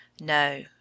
No